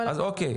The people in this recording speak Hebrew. אז אוקיי.